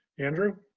andrew?